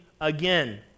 again